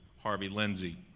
harvey lindsay,